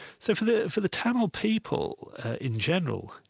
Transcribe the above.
so for the for the tamil people in general,